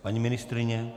Paní ministryně?